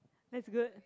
that's good